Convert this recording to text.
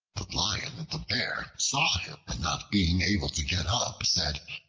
lion and the bear saw him, but not being able to get up, said,